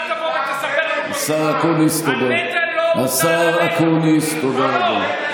זה מה שאתה לא מבין.